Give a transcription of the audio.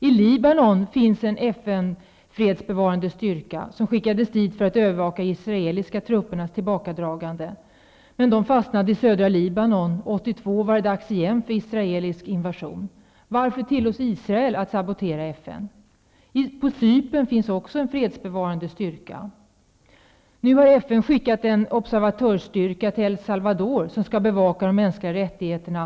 I Libanon finns en fredsbevarande styrka som skickades dit för att övervaka de israeliska truppernas tillbakadragande, men de fastnade i södra Libanon. 1982 var det dags igen för israelisk invasion. Varför tillåts Israel att sabotera för FN? På Cypern finns också en fredsbevarande styrka. Nu har FN skickat en observatörsstyrka också till El Salvador, som skall bevaka de mänskliga rättigheterna.